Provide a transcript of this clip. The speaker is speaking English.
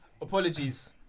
Apologies